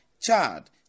Chad